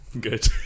Good